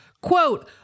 Quote